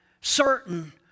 certain